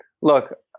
look